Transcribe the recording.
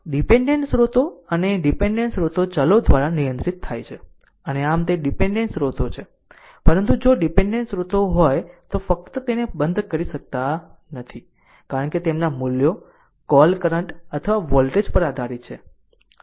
dependent સ્ત્રોતો અને dependent સ્રોતો ચલો દ્વારા નિયંત્રિત થાય છે અને આમ તે ડીપેન્ડેન્ટ સ્ત્રોતો છે પરંતુ જો ડીપેન્ડેન્ટ સ્રોત હોય તો ફક્ત તેને બંધ કરી શકતા નથી કારણ કે તેમના મૂલ્યો કોલ કરંટ અથવા વોલ્ટેજ પર આધારિત છે